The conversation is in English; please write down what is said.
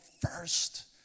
first